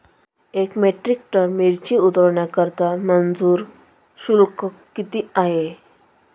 एक metric ton मिरची उतरवण्याकरता मजूर शुल्क किती आहे?